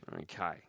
Okay